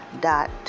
dot